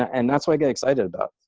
and that's what i get excited about.